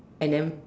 and then